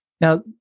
Now